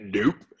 Nope